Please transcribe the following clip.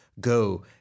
Go